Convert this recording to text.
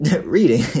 reading